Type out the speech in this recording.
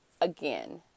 Again